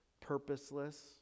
purposeless